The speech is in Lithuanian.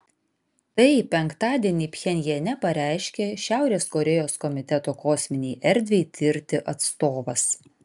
tai penktadienį pchenjane pareiškė šiaurės korėjos komiteto kosminei erdvei tirti atstovas